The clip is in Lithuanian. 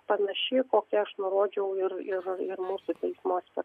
panaši kokia aš nurodžiau ir ir mūsų teismuose